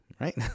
right